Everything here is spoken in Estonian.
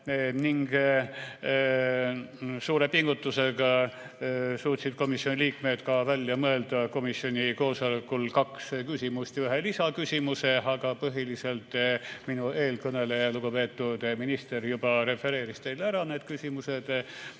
Suure pingutusega suutsid komisjoni liikmed mõelda komisjoni koosolekul välja kaks küsimust ja ühe lisaküsimuse, aga põhiliselt minu eelkõneleja, lugupeetud minister, juba refereeris teile need küsimused.